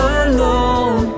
alone